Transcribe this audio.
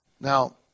Now